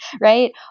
right